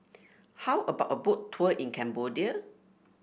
how about a Boat Tour in Cambodia